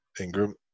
Ingram